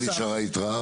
למה נשארה יתרה?